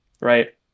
right